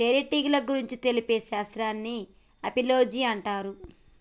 తేనెటీగల గురించి తెలిపే శాస్త్రాన్ని ఆపిలోజి అంటారు